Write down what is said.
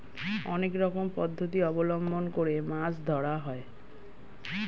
অনেক রকম পদ্ধতি অবলম্বন করে মাছ ধরা হয়